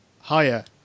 Higher